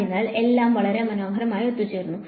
അതിനാൽ എല്ലാം വളരെ മനോഹരമായി ഒത്തുചേരുന്നു